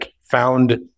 found